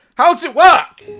how's it work?